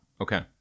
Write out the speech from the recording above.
Okay